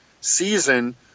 season